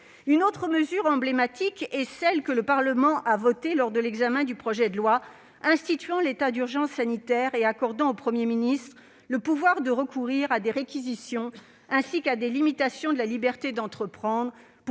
Une autre mesure, emblématique, est celle que le Parlement a votée lors de l'examen du projet de loi instituant l'état d'urgence sanitaire et accordant au Premier ministre le pouvoir de recourir à des réquisitions, ainsi qu'à des limitations de la liberté d'entreprendre,